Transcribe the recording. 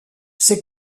ses